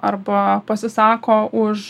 arba pasisako už